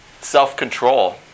self-control